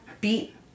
beat